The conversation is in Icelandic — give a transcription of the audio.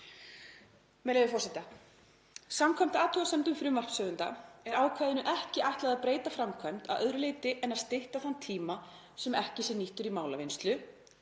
Með leyfi forseta: „Samkvæmt athugasemdum frumvarpshöfunda er ákvæðinu ekki ætlað að breyta framkvæmd að öðru leyti en að stytta þann tíma sem ekki sé nýttur í málavinnslu“